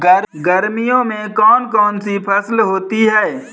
गर्मियों में कौन कौन सी फसल होती है?